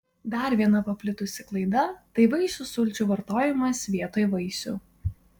dar viena paplitusi klaida tai vaisių sulčių vartojimas vietoj vaisių